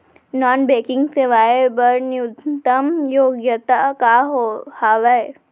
Non banking सेवाएं बर न्यूनतम योग्यता का हावे?